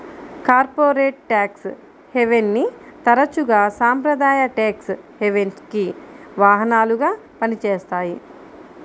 corporate tax హెవెన్ని తరచుగా సాంప్రదాయ ట్యేక్స్ హెవెన్కి వాహనాలుగా పనిచేస్తాయి